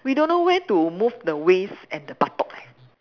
we don't know where to move the waist and the buttock eh